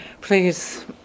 please